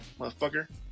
motherfucker